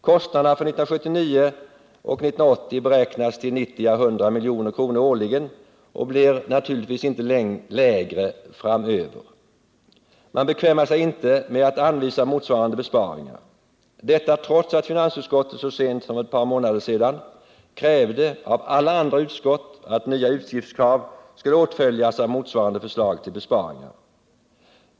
Kostnaderna för 1979 och 1980 beräknas till 90 å 100 milj.kr. årligen och blir naturligen inte lägre framöver. Man bekvämar sig inte med att anvisa motsvarande besparingar — detta trots att finansutskottet så sent som för ett par månader sedan krävde av alla andra utskott att nya utgiftskrav skulle åtföljas av motsvarande förslag till besparingar.